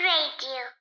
Radio